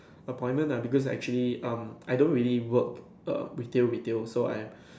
appointment because I actually um I don't really work err retail retail so I'm